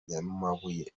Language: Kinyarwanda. nyamabuye